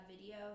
video